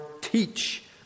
teach